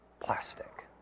plastic